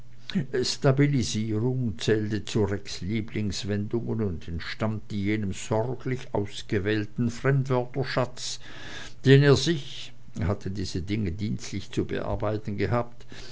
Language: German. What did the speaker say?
stabilierung zählte zu rex lieblingswendungen und entstammte jenem sorglich ausgewählten fremdwörterschatz den er sich er hatte diese dinge dienstlich zu bearbeiten gehabt